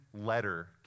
letter